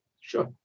Sure